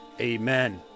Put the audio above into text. amen